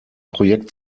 projekt